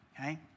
okay